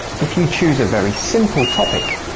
if you choose a very simple topic,